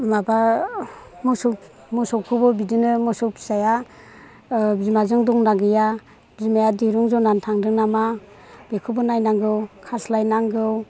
माबा मोसौखौबो बिदिनो मोसौ फिसाया बिमाजों दंना गैया बिमाया दिरुं जनानै थांदों नामा बेखौबो नायनांगौ खास्लायनांगौ